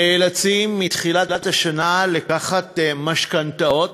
שנאלצים מתחילת השנה לקחת משכנתאות.